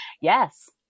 yes